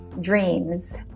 dreams